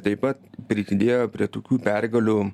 taip pat prisidėjo prie tokių pergalių